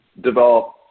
develop